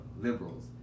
liberals